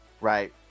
right